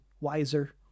wiser